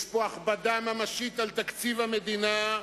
יש פה הכבדה ממשית על תקציב המדינה,